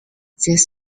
these